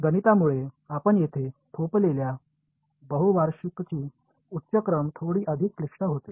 गणितामुळे आपण येथे थोपवलेल्या बहुवार्षिकची उच्च क्रम थोडी अधिक क्लिष्ट होते